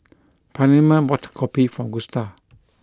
Pamela bought kopi for Gusta